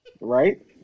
Right